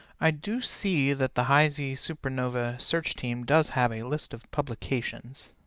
i do see that the high z supernova search team does have a list of publications.